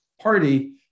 Party